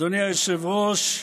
אדוני היושב-ראש,